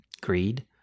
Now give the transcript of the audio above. greed